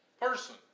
person